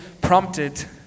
prompted